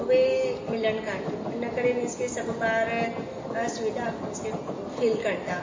उहे मिलनि कोन थियूं हिन करे मींस खे सभु ॿार असुविधा मींस खे फेल कनि था